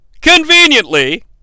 conveniently